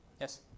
Yes